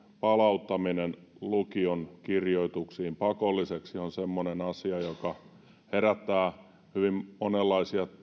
palauttaminen lukion kirjoituksiin pakolliseksi on semmoinen asia joka herättää hyvin monenlaisia